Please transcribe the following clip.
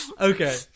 Okay